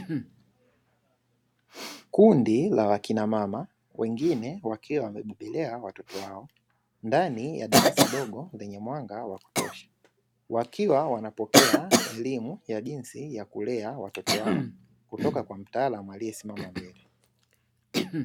Kundi la wakina mama, wengine wakiwa wamebebelea watoto wao, ndani ya darasa dogo lenye mwanga wa kutosha, wakiwa wanapokea elimu ya jinsi ya kulea watoto wao kutoka kwa mtaalamu aliyesimama mbele.